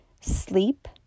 Sleep